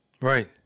Right